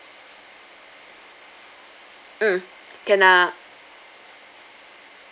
mm can ah